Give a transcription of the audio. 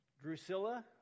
Drusilla